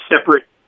separate